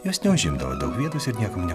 jos neužimdavo daug vietos ir niekam ne